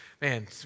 Man